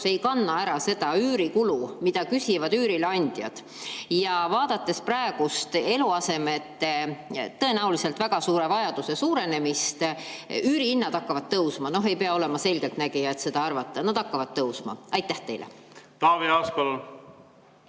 ei kanna ära seda üürikulu, mida küsivad üürileandjad. Ja vaadates praegust eluasemete tõenäoliselt väga suure vajaduse suurenemist, üürihinnad hakkavad tõusma, ei pea olema selgeltnägija, et seda arvata, et nad hakkavad tõusma. Suur aitäh, austatud